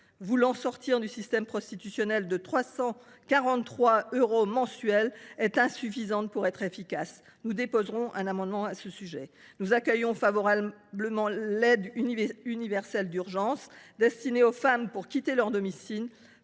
voulant sortir du système prostitutionnel de 343 euros mensuels est insuffisante pour être efficace. Nous avons déposé un amendement à ce sujet. Nous accueillons favorablement l’aide universelle d’urgence destinée aux femmes pour quitter leur domicile,